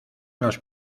los